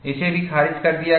इसे भी खारिज कर दिया गया